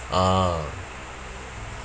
ah